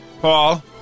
Paul